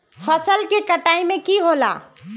फसल के कटाई में की होला?